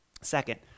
Second